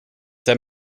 der